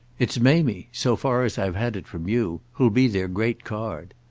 it's mamie so far as i've had it from you who'll be their great card.